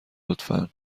لطفا